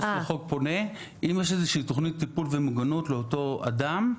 או העו"ס בחוק פונה אם יש איזושהי תוכנית טיפול ומוגנות לאותו אדם.